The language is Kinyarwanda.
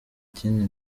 kindi